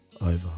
over